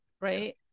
right